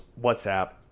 WhatsApp